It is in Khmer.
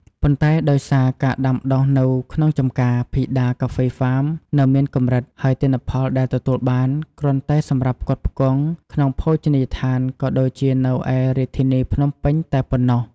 ប៉ុន្តែដោយសារ ការដាំដុះនៅក្នុងចម្ការ ភីដាកាហ្វេហ្វាមនៅមានកម្រិត ហើយទិន្នផលដែលទទួលបាន គ្រាន់តែសម្រាប់ផ្គត់ផ្គង់ ក្នុងភោជនីយដ្ឋានក៏ដូចជានៅឯរាជធានីភ្នំពេញតែប៉ុណ្ណោះ។